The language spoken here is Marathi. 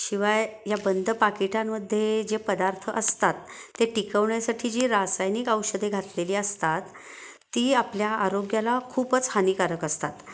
शिवाय या बंद पाककीटांमध्ये जे पदार्थ असतात ते टिकवण्यासाठी जी रासायनिक औषधे घातलेली असतात ती आपल्या आरोग्याला खूपच हानिकारक असतात